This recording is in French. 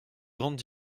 grandes